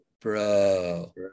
Bro